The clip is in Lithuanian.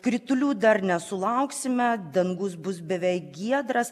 kritulių dar nesulauksime dangus bus beveik giedras